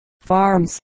farms